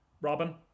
Robin